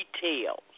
details